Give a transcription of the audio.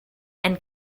and